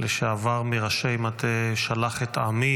לשעבר מראשי מטה "שלח את עמי"